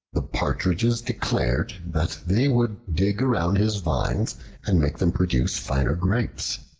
the partridges declared that they would dig around his vines and make them produce finer grapes.